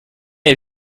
est